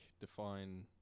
define